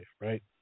right